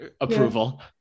approval